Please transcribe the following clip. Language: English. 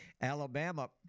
Alabama